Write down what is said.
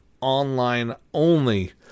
online-only